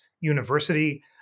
University